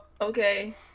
okay